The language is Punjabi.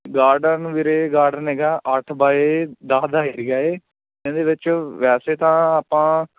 ਗਾਰਡਨ ਵੀਰੇ ਗਾਰਡਨ ਹੈਗਾ ਅੱਠ ਬਾਏ ਦਸ ਦਾ ਏਰੀਆ ਹੈ ਇਹਦੇ ਵਿੱਚ ਵੈਸੇ ਤਾਂ ਆਪਾਂ